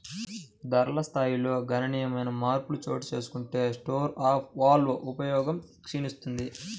ధరల స్థాయిల్లో గణనీయమైన మార్పులు చోటుచేసుకుంటే స్టోర్ ఆఫ్ వాల్వ్ ఉపయోగం క్షీణిస్తుంది